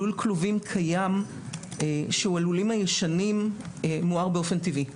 לול כלובים קיים שהוא הלולים הישנים מואר באופן טבעי.